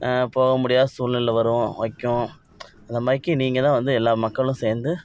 போக முடியாத சூழ்நிலை வரும் வைக்கும் அந்த மாதிரிக்கி நீங்கள் தான் வந்து எல்லா மக்களும் சேர்ந்து